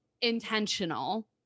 intentional